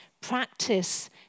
practice